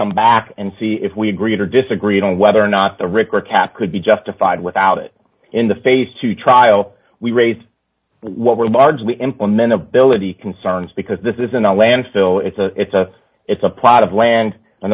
come back and see if we agreed or disagreed on whether or not the record cap could be justified without it in the phase two trial we raised what were largely implemented ability concerns because this isn't a landfill it's a it's a it's a plot of land and